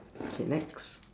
okay next